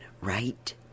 right